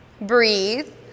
breathe